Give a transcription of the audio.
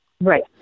Right